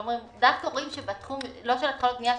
אנחנו רואים דווקא לא בתחום התחלות בנייה,